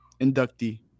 inductee